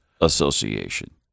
Association